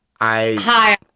Hi